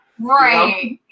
right